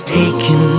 taken